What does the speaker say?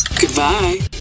Goodbye